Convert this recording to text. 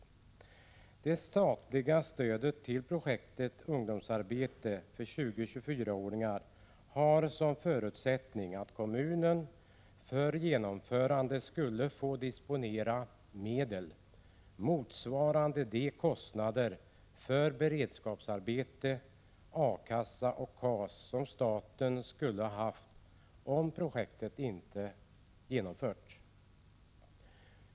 Det statliga stödet till projektet med ungdomsarbete för 20-24-åringar hade som förutsättning att kommunen för genomförandet skulle få disponera medel motsvarande de kostnader för beredskapsarbete, A-kassa och KAS som staten skulle ha haft om projektet inte genomförts.